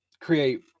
create